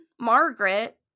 Margaret